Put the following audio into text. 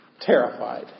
terrified